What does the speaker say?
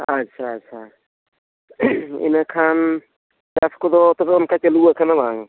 ᱟᱪᱪᱷᱟ ᱟᱪᱪᱷᱟ ᱤᱱᱟᱹᱠᱷᱟᱱ ᱪᱟᱥ ᱠᱚᱫᱚ ᱛᱚᱵᱮ ᱚᱱᱠᱟ ᱪᱟᱹᱞᱩ ᱠᱟᱱᱟ ᱵᱟᱝ